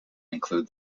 include